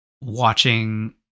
watching